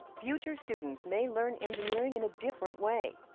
future students may learn engineering in a different way.